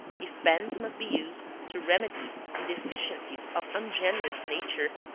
if bands must be used to remedy the deficiencies of ungenerous nature,